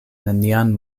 nenian